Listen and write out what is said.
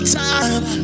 time